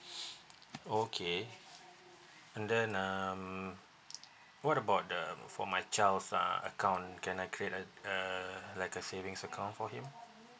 okay and then um what about the for my child's uh account can I create a a like a savings account for him